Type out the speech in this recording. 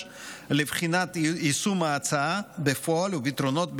לבחינת יישום ההצעה בפועל ופתרונות בהמשך,